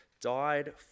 died